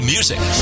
Music